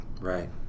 Right